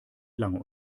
lange